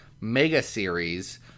mega-series